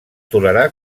tolerar